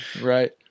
Right